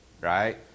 right